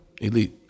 elite